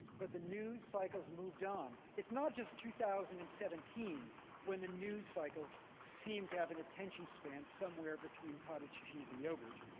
but the news cycles moved on. it's not just two thousand and seventeen, when the news cycles seem to have an attention span somewhere between cottage cheese and yogurt.